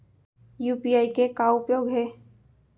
UPI के का उपयोग हे?